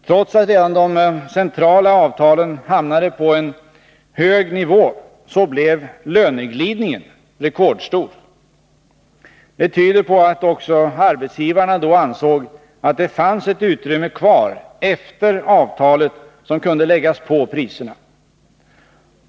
Trots att redan de centrala avtalen hamnade på en hög nivå, blev löneglidningen rekordstor. Det tyder på att också arbetsgivarna då ansåg att det fanns ett utrymme kvar efter avtalet, som kunde läggas på priserna.